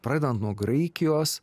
pradedant nuo graikijos